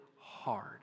hard